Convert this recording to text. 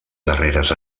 darreres